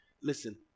Listen